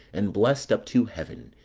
and blessed up to heaven,